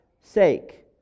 sake